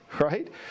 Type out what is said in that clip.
right